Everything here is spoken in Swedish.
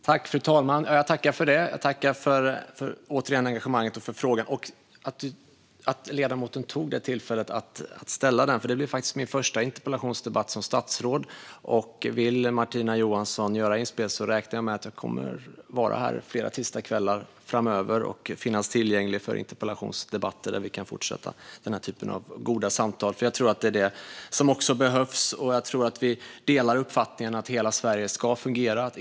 Fru talman! Jag tackar för det, och jag tackar återigen för engagemanget och för frågan och att ledamoten tog tillfället att ställa den. Det är min första interpellationsdebatt som statsråd. Vill Martina Johansson göra inspel räknar jag med att jag kommer att vara här flera tisdagskvällar framöver och finnas tillgänglig för interpellationsdebatter där vi kan fortsätta den här typen av goda samtal. Det är det som behövs. Jag tror att vi delar uppfattningen att hela Sverige ska fungera.